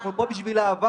אנחנו פה בשביל העבר.